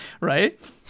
right